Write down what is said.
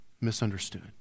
misunderstood